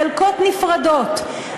חלקות נפרדות.